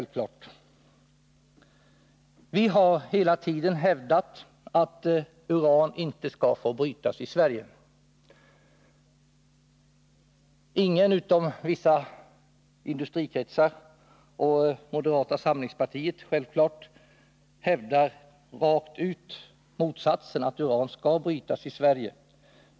Vi har hela tiden hävdat att uran inte skall få brytas i Sverige. Ingen utom vissa industrikretsar och naturligtvis moderata samlingspartiet hävdar rent ut att uran skall brytas i Sverige.